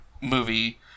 movie